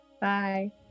Bye